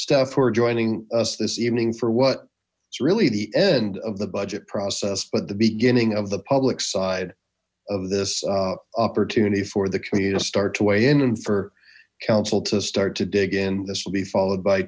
staff for joining us this evening for what it's really the end of the budget process but the beginning of the public side of this opportunity for the committee to start to weigh in and for council to start to dig in this will be followed by